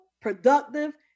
productive